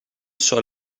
sur